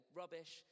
rubbish